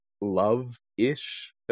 love-ish